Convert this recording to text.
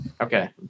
Okay